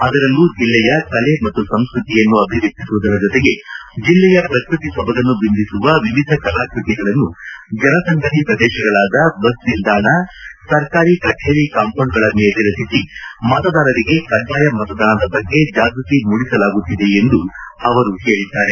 ಅದರಲ್ಲೂ ಜಿಲ್ಲೆಯ ಕಲೆ ಮತ್ತು ಸಂಸ್ಕತಿಯನ್ನು ಅಭಿವ್ಹಿಸುವ ಜೊತೆಗೆ ಜಿಲ್ಲೆಯ ಪ್ರಕೃತಿ ಸೊಬಗನ್ನು ಬಿಂಬಿಸುವ ವಿವಿಧ ಕಲಾಕೃತಿಗಳನ್ನು ಜನಸಂದಣಿ ಪ್ರದೇಶಗಳಾದ ಬಸ್ ನಿಲ್ದಾಣ ಸರ್ಕಾರಿ ಕಚೇರಿ ಕಾಂಪೌಂಡ್ಗಳ ಮೇಲೆ ರಚಿಸಿ ಮತದಾರರಿಗೆ ಕಡ್ಡಾಯ ಮತದಾನದ ಬಗ್ಗೆ ಜಾಗೃತಿ ಮೂಡಿಸಲಾಗುತ್ತಿದೆ ಎಂದು ಹೇಳದ್ದಾರೆ